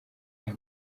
nta